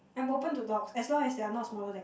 I'm open to dogs as long as they are not smaller than